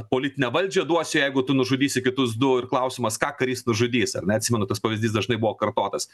politinę valdžią duosiu jeigu tu nužudysi kitus du ir klausimas ką karys nužudys ar ne atsimenu tas pavyzdys dažnai buvo kartotas